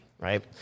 right